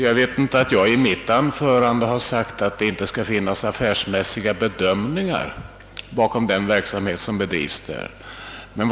Jag vet inte att jag i mitt anförande skulle ha sagt, att det inte skulle göras affärsmässiga bedömningar beträffande den verksamhet som skall bedrivas.